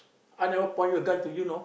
I never point you a gun to you know